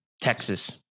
Texas